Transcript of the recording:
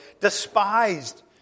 despised